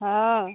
हँ